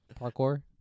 parkour